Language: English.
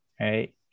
right